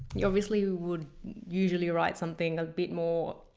you obviously would usually write something a bit more